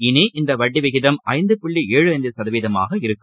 இனி இந்தவட்டிவிகிதம் ஐந்து புள்ளி ஏழு ஐந்துசதவீதமாக இருக்கும்